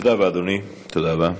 תודה רבה, אדוני, תודה רבה.